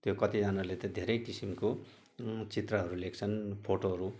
त्यो कतिजनाले त धेरै किसिमको चित्रहरू लेख्छन् फोटोहरू